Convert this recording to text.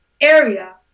area